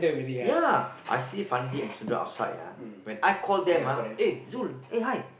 ya I see Fandi and Sundram outside ah when I call them ah eh Zul eh hi